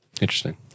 Interesting